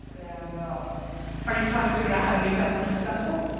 and are you trying to figure out how to make that more successful?